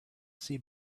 see